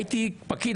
הייתי פקיד,